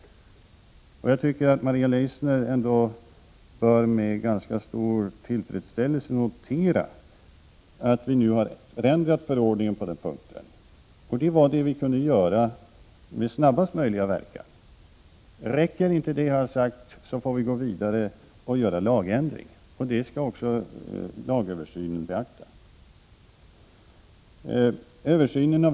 Jag tycker att Maria Leissner ändå med ganska stor tillfredsställelse bör notera att vi nu har ändrat förordningen på denna punkt. Detta var vad vi kunde göra med snabbaste möjliga verkan. Räcker inte detta får vi gå vidare och ändra lagen, vilket också skall beaktas vid lagöversynen.